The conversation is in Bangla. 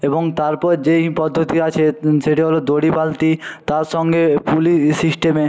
এবং তারপর যেই পদ্ধতি আছে সেটি হলো দড়ি বালতি তার সঙ্গে পুলি সিস্টেমে